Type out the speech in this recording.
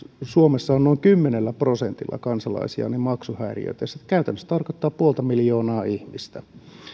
suomessa on noin kymmenellä prosentilla kansalaisista maksuhäiriöitä käytännössä se tarkoittaa puolta miljoonaa ihmistä